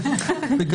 רק